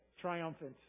triumphant